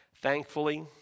Thankfully